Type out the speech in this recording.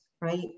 right